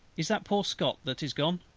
is that poor scott that is gone?